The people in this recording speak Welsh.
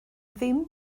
ddim